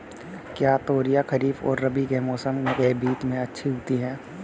क्या तोरियां खरीफ और रबी के मौसम के बीच में अच्छी उगती हैं?